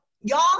y'all